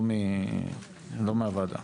לא מהוועדה.